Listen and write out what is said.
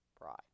pride